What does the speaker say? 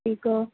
ठीकु आहे